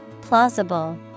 Plausible